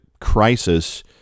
crisis